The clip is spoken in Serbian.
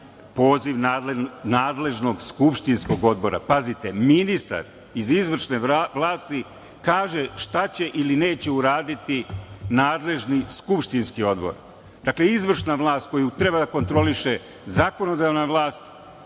poziv nadležnog skupštinskog odbora. Pazite, ministar iz izvršne vlasti kaže šta će ili neće uraditi nadležni skupštinski odbor. Dakle, izvršna vlast koju treba da kontroliše zakonodavna vlast